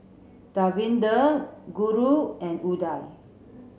Davinder Guru and Udai